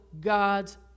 God's